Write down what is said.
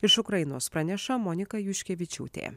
iš ukrainos praneša monika juškevičiūtė